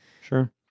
Sure